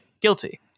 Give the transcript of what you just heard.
guilty